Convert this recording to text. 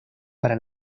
para